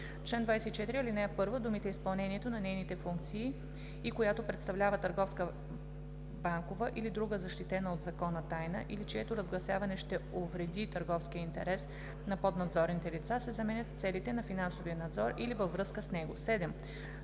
чл. 24, ал. 1 думите „изпълнението на нейните функции и която представлява търговска, банкова или друга защитена от закона тайна или чието разгласяване ще увреди търговския интерес на поднадзорните лица“ се заменят с „целите на финансовия надзор или във връзка с него“. 7.